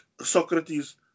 Socrates